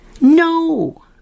No